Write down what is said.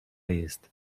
jest